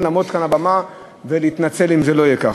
לעמוד כאן על הבמה ולהתנצל אם זה לא יהיה כך,